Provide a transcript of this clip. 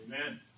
Amen